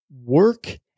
work